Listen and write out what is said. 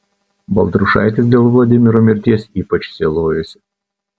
baltrušaitis dėl vladimiro mirties ypač sielojosi